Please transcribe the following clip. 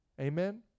Amen